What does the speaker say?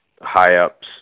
high-ups